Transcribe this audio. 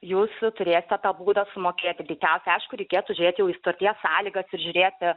jūs turėsite tą būdą sumokėti veikiausiai aišku reikėtų žėti į sutarties sąlygas ir žiūrėti